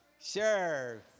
sure